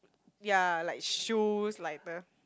ya like shoes like the